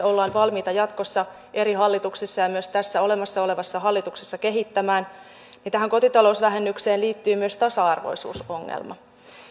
ollaan valmiita jatkossa eri hallituksissa ja myös tässä olemassa olevassa hallituksessa kehittämään niin tähän kotitalousvähennykseen liittyy myös tasa arvoisuusongelma